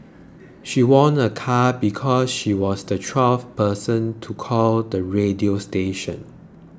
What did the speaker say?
she won a car because she was the twelfth person to call the radio station